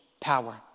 power